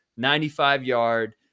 95-yard